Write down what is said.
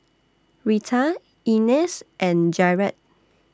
Rita Ines and Jarett